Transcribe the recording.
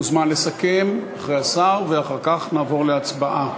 מוזמן לסכם אחרי השר, ואחר כך נעבור להצבעה.